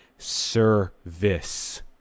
Service